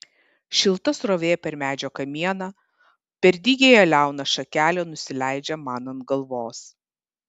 šilta srovė per medžio kamieną per dygiąją liauną šakelę nusileidžia man ant galvos